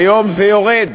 היום זה יורד,